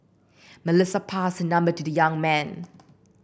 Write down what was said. Melissa passed her number to the young man